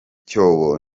cyobo